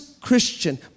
Christian